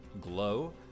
glow